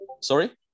Sorry